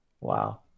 wow